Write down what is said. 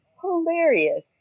hilarious